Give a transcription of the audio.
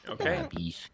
Okay